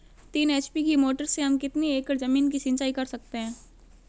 तीन एच.पी की मोटर से हम कितनी एकड़ ज़मीन की सिंचाई कर सकते हैं?